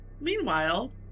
Meanwhile